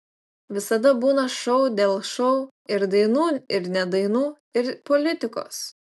visada būna šou dėl šou ir dainų ir ne dainų ir politikos